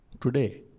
Today